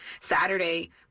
Saturday